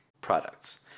products